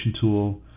tool